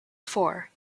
four